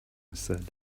said